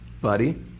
buddy